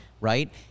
right